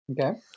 Okay